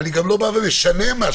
אני גם לא בא ומשנה משהו,